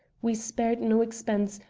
we spared no expense,